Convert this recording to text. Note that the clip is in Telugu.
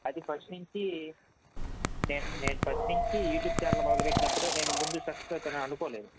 అది ఫస్ట్ నుంచి నే నేను ఫస్ట్ నుంచి యూ ట్యూబ్ ఛానల్ మొదలు పెట్టినప్పుడు నేను ముందు సక్సస్ అవుతాననుకోలేదు